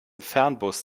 fernbus